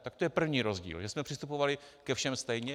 To je první rozdíl, že jsme přistupovali ke všem stejně.